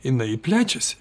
jinai plečiasi